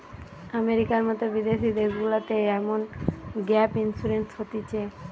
আমেরিকার মতো বিদেশি দেশগুলাতে এমন গ্যাপ ইন্সুরেন্স হতিছে